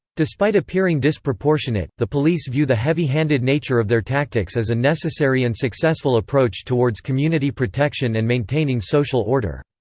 despite appearing disproportionate, the police view the heavy-handed nature of their tactics as a necessary and successful approach towards community protection and maintaining social order.